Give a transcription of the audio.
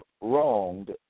wronged